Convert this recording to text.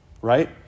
right